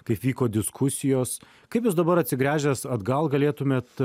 kaip vyko diskusijos kaip jūs dabar atsigręžęs atgal galėtumėt